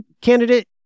candidate